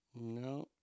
No